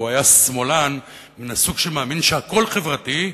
והוא היה שמאלן מהסוג שמאמין שהכול חברתי,